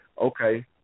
okay